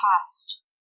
past